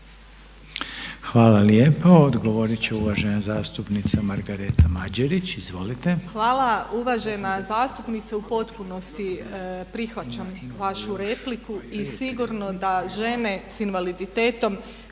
Hvala lijepo. Odgovoriti će uvažena zastupnica Margareta Mađerić. Izvolite. **Mađerić, Margareta (HDZ)** Hvala. Uvažena zastupnice u potpunosti prihvaćam vašu repliku i sigurno da žene sa invaliditetom